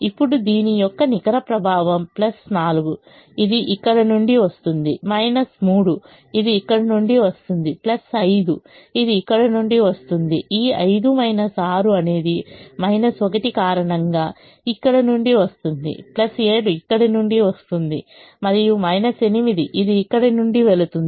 ఇప్పుడు దీని యొక్క నికర ప్రభావం 4 ఇది ఇక్కడ నుండి వస్తుంది 3 ఇది ఇక్కడ నుండి వస్తుంది 5 ఇది ఇక్కడ నుండి వస్తుంది ఈ 5 6 అనేది 1 కారణంగా ఇక్కడ నుండి వస్తుంది 7 ఇక్కడ నుండి వస్తుంది మరియు 8 ఇది ఇక్కడ నుండి వెళుతుంది